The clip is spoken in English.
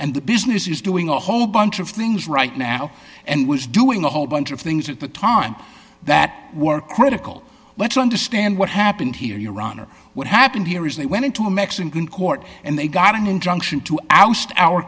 and the business is doing a whole bunch of things right now and was doing a whole bunch of things at the time that were critical let's understand what happened here your honor what happened here is they went into a mexican court and they got an injunction to oust our